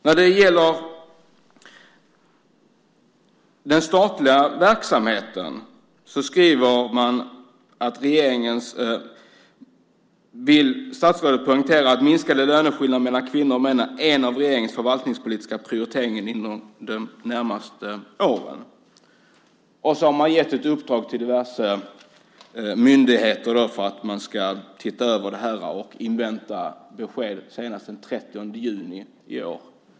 När det gäller den statliga verksamheten vill statsrådet i sitt svar poängtera att minskade löneskillnader mellan kvinnor och män är en av regeringens förvaltningspolitiska prioriteringar inom de närmaste åren. Man har gett diverse myndigheter i uppdrag att se över detta och inväntar besked senast den 30 juni i år.